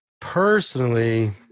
Personally